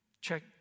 Check